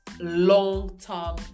long-term